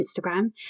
Instagram